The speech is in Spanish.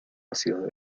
ácidos